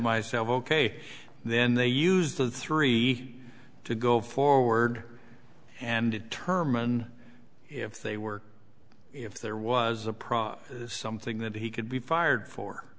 myself ok then they used the three to go forward and determine if they were if there was a prop something that he could be fired for